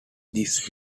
this